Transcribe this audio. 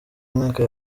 mwaka